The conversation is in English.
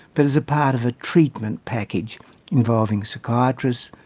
but as a part of a treatment package involving psychiatrists,